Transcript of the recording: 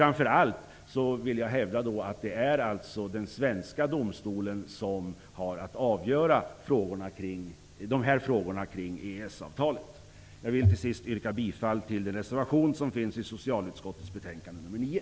Framför allt vill jag hävda att det är den svenska domstolen som har att avgöra dessa frågor kring EES-avtalet. Avslutningsvis vill jag yrka bifall till reservationen i socialutskottets betänkande nr 9.